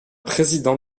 président